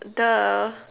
the